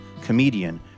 comedian